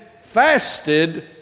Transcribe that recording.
fasted